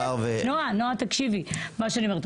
כחברי כנסת, נעה, נעה, תקשיבי מה שאני אומרת.